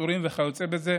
בעצורים וכיוצא בזה,